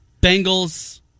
Bengals